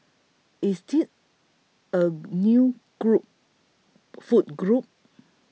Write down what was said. is tea a new group food group